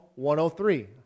103